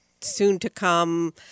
soon-to-come